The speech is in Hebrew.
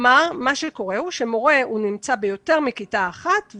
מה שקורה הוא שמורה נמצא ביותר מכיתה אחת,